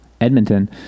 Edmonton